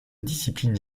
discipline